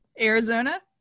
Arizona